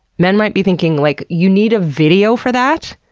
men might be thinking, like you need a video for that!